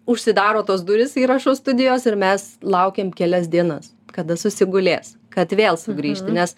užsidaro tos durys įrašo studijos ir mes laukiam kelias dienas kada susigulės kad vėl sugrįžti nes